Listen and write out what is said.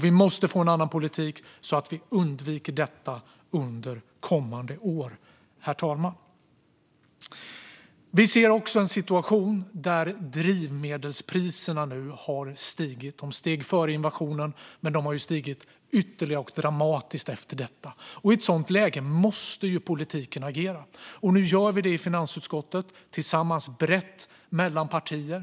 Vi måste få en annan politik, så att vi undviker detta under kommande år, herr talman. Vi ser också en situation där drivmedelspriserna har stigit. De steg före invasionen, och de har stigit ytterligare och dramatiskt efter den. I ett sådant läge måste politiken agera. Det gör vi nu i finansutskottet, tillsammans och brett mellan partierna.